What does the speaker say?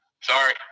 Sorry